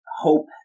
hope